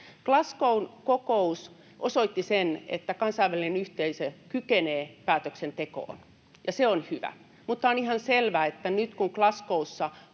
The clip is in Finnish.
Glasgow’n kokous osoitti sen, että kansainvälinen yhteisö kykenee päätöksentekoon, ja se on hyvä. On ihan selvää, että nyt kun Glasgow’ssa